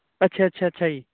ਅੱਛਾ ਅੱਛਾ ਅੱਛਾ ਜੀ